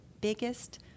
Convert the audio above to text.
biggest